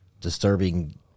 disturbing